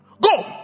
Go